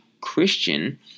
Christian